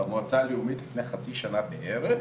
והמועצה הלאומית לפני חצי שנה בערך,